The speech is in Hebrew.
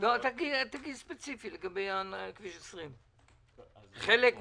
--- תגיד ספציפית לגבי כביש 20 צפון,